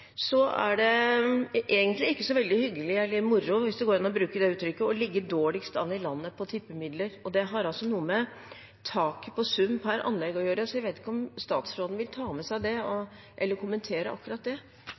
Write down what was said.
er det egentlig ikke så veldig hyggelig eller moro – hvis det går an å bruke det uttrykket – å ligge dårligst an i landet på tippemidler. Det har noe med taket på sum per anlegg å gjøre. Vil statsråden ta med seg det eller kommentere akkurat det?